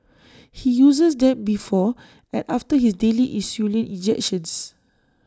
he uses them before and after his daily insulin injections